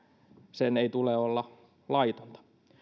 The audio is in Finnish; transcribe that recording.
sen ei tule olla laitonta